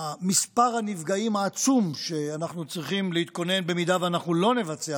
מספר הנפגעים העצום שאנחנו צריכים להתכונן אם אנחנו לא נבצע